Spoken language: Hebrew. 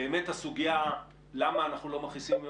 הסוגיה למה אנחנו לא מכניסים היום